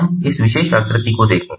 तो हम इस विशेष आकृति को देखें